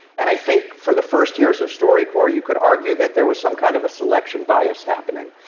and i think for the first years of storycorps, you could argue that there was some kind of a selection bias happening,